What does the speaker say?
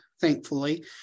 thankfully